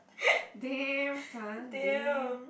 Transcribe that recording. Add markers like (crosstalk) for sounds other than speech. (breath) damn son damn